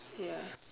ya